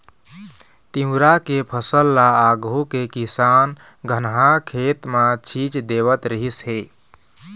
तिंवरा के फसल ल आघु के किसान धनहा खेत म छीच देवत रिहिस हे